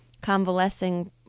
convalescing